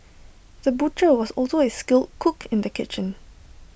the butcher was also A skilled cook in the kitchen